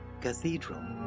cathedral